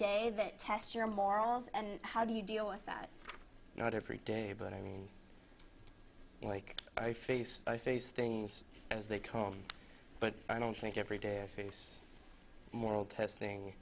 day that test your morals and how do you deal with that not every day but i mean like i face i see things as they come but i don't think every day i see moral testing